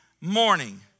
morning